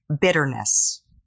bitterness